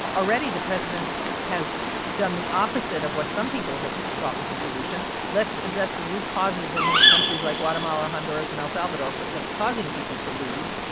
already the president has done the opposite of what some people have thought was a solution. let's address the root causes in these countries like guatemala, honduras and el salvador that's causing people to leave.